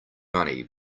money